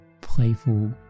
playful